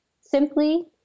simply